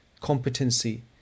competency